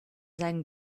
seinen